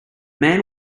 man